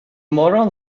morgon